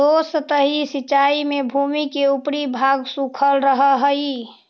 अधोसतही सिंचाई में भूमि के ऊपरी भाग सूखल रहऽ हइ